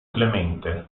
clemente